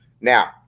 Now